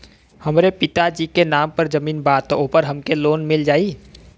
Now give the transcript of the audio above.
हमरे पिता जी के नाम पर जमीन बा त ओपर हमके लोन मिल जाई?